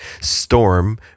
storm